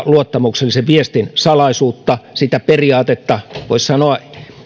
luottamuksellisen viestin salaisuutta sitä periaatetta voisi sanoa